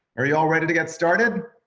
are y'all ready to get started?